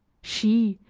she,